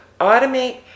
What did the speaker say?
automate